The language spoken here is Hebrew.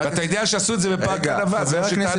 ואתה יודע שעשו את בפארק ענבה.